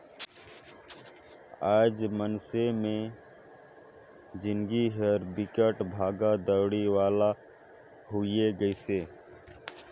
आएज मइनसे मे जिनगी हर बिकट भागा दउड़ी वाला होये गइसे